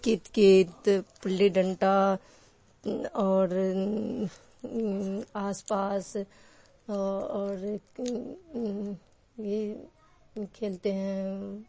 کیت کیت گلی ڈنڈا اور آس پاس اور یہ کھیلتے ہیں